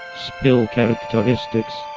spill characteristics